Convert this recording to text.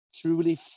truly